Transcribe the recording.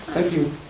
thank you.